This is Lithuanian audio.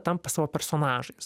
tampa savo personažais